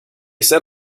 set